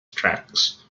tracks